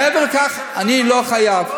זה לא מכובד,